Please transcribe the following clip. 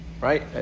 Right